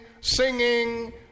singing